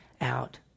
out